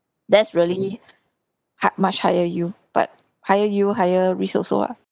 that's really had much higher yield but higher yield higher risk also lah